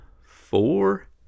four